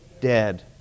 Dead